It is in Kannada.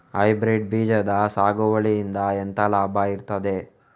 ಹೈಬ್ರಿಡ್ ಬೀಜದ ಸಾಗುವಳಿಯಿಂದ ಎಂತ ಲಾಭ ಇರ್ತದೆ?